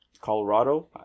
Colorado